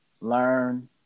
learn